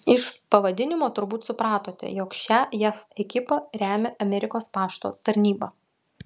iš pavadinimo turbūt supratote jog šią jav ekipą remia amerikos pašto tarnyba